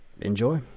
enjoy